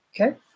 okay